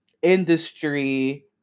industry